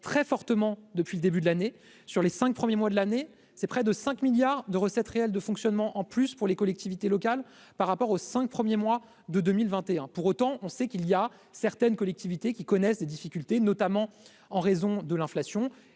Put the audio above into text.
très fortement depuis le début de l'année sur les 5 premiers mois de l'année, c'est près de 5 milliards de recettes réelles de fonctionnement en plus pour les collectivités locales par rapport aux 5 premiers mois de 2021 pour autant, on sait qu'il y a certaines collectivités qui connaissent des difficultés, notamment en raison de l'inflation